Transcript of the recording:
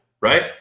right